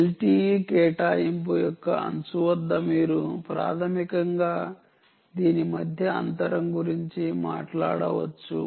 LTE కేటాయింపు యొక్క అంచు వద్ద మీరు ప్రాథమికంగా దీని మధ్య అంతరం గురించి మాట్లాడవచ్చు